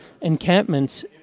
encampments